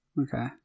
Okay